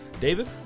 David